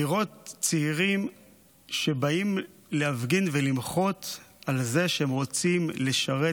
לראות צעירים שבאים להפגין ולמחות על זה שהם רוצים לשרת